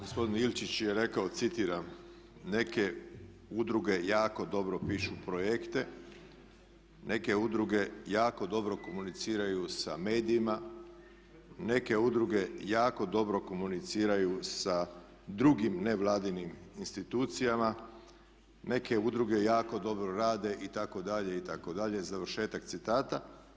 Gospodin Ilčić je rekao citiram: "Neke udruge jako dobro pišu projekte, neke udruge jako dobro komuniciraju sa medijima, neke udruge jako dobro komuniciraju sa drugim nevladinim institucijama, neke udruge jako dobro rade itd., itd.", završetak citata.